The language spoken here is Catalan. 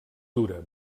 dura